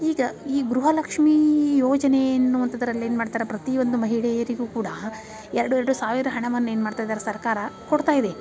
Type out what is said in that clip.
ಈಗ ಈ ಗೃಹಲಕ್ಷ್ಮೀ ಯೋಜನೆಯನ್ನುವಂಥದ್ರಲ್ಲಿ ಏನು ಮಾಡ್ತಾರೆ ಪ್ರತಿ ಒಂದು ಮಹಿಳೆಯರಿಗೂ ಕೂಡ ಎರಡು ಎರಡು ಸಾವಿರ ಹಣವನ್ನು ಏನು ಮಾಡ್ತಾ ಇದಾರೆ ಸರ್ಕಾರ ಕೊಡ್ತಾ ಇದೆ